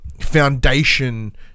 foundation